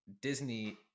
Disney